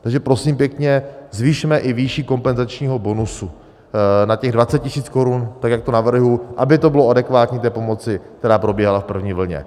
Takže prosím pěkně, zvyšme i výši kompenzačního bonusu na těch 20 000 korun, tak jak to navrhuji, aby to bylo adekvátní té pomoci, která probíhala v první vlně.